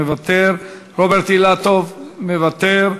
מוותר, רוברט אילטוב, מוותר,